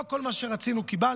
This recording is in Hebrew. לא כל מה שרצינו קיבלנו.